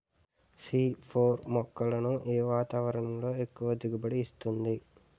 C four మొక్కలను ఏ వాతావరణంలో ఎక్కువ దిగుబడి ఇస్తుంది?